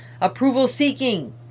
approval-seeking